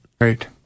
right